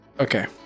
Okay